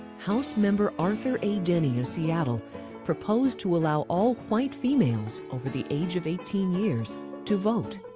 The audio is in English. house member arthur a. denny of seattle proposed, to allow all white females over the age of eighteen years to vote.